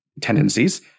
tendencies